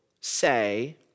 say